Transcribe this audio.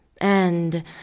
And